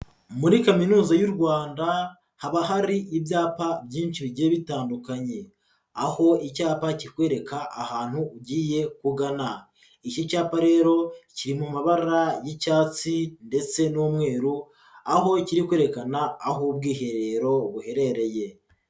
Muri kaminuza y'u Rwanda haba hari ibyapa byinshi bigiye bitandukanye, aho icyapa kikwereka ahantu ugiye kugana, iki cyapa rero kiri mu mabara y'icyatsi ndetse n'umweru, aho kiri kwerekana aho ubwiherero buherereye.